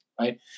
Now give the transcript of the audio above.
right